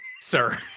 Sir